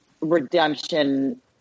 redemption